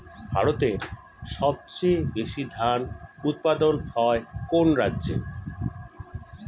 ভারতের সবচেয়ে বেশী ধান উৎপাদন হয় কোন রাজ্যে?